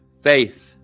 Faith